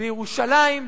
בירושלים,